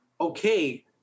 Okay